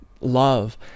love